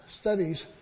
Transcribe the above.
studies